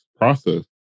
process